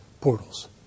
portals